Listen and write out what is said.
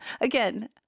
Again